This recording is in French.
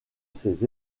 ces